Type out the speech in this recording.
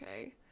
okay